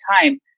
time